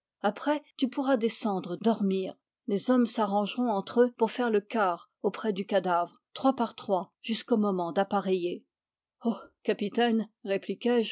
après tu pourras descendre dormir les hommes s'arrangeront entre eux pour faire le quart auprès du cadavre trois par trois jusqu'au moment d'appareiller oh capitaine répliquai-je